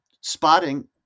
spotting